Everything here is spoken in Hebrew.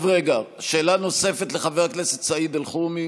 חבר הכנסת גינזבורג.